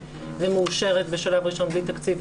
ומאושרת בשלב ראשון בלי תקציב,